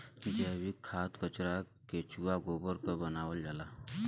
जैविक खाद कचरा केचुआ गोबर क बनावल जाला